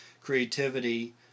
creativity